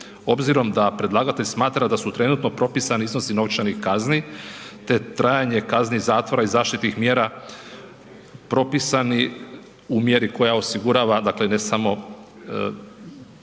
obzirom da predlagatelj smatra da su trenutno propisani iznosi novčani kazni te trajanje kazni zatvora i zaštitnih mjera, propisani u mjeri koja osigurava dakle ne samo